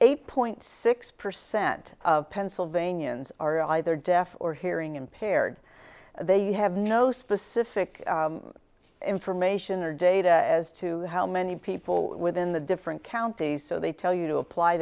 a point six percent of pennsylvania needs are either deaf or hearing impaired they have no specific information or data as to how many people within the different counties so they tell you to apply